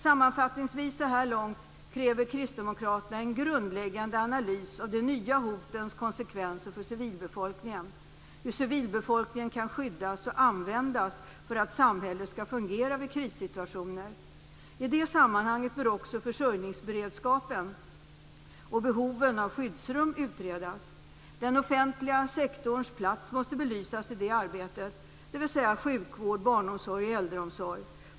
Sammanfattningsvis så här långt kräver kristdemokraterna en grundläggande analys av de nya hotens konsekvenser för civilbefolkningen, dvs. hur civilbefolkningen kan skyddas och användas för att samhället skall fungera i krissituationer. I detta sammanhang bör också försörjningsberedskapen och behoven av skyddsrum utredas. Den offentliga sektorns plats måste belysas i detta arbete, dvs. sjukvård, barnomsorg och äldreomsorg.